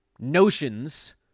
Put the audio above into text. notions